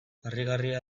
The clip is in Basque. harrigarria